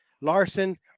Larson